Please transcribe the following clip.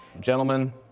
Gentlemen